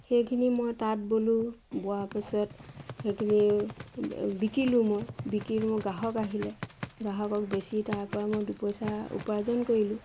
সেইখিনি মই তাঁত বলোঁ বোৱা পিছত সেইখিনি বিকিলোঁ মই বিকিলোঁ মোৰ গ্ৰাহক আহিলে গ্ৰাহকক বেচি তাৰ পৰা মই দুপইচা উপাৰ্জন কৰিলোঁ